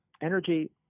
energy